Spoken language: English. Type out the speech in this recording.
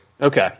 Okay